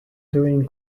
doing